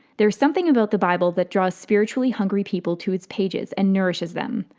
there is something about the bible that draws spiritually hungry people to its pages and nourishes them.